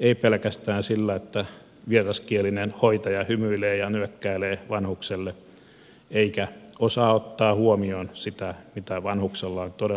ei pelkästään sillä että vieraskielinen hoitaja hymyilee ja nyökkäilee vanhukselle eikä osaa ottaa huomioon sitä mitä vanhuksella on todella sanottavaa